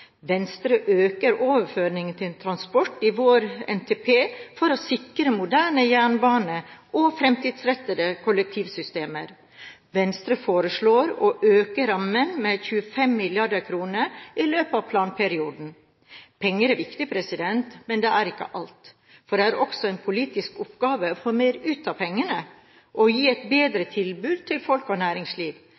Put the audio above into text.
Venstre øker overføringene til transport i sin transportplan, for å sikre en moderne jernbane og fremtidsrettede kollektivsystemer. Venstre foreslår å øke rammen med 25 mrd. kr i løpet av planperioden. Penger er viktig, men det er ikke alt. Det er også en politisk oppgave å få mer ut av pengene og gi et bedre tilbud til folk og næringsliv.